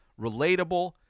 relatable